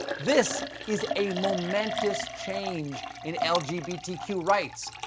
this is a momentous change in l g b t q. rights,